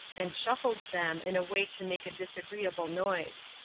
and shuffled them in a way to make a disagreeable noise.